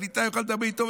והקליטה יוכל לדבר איתו,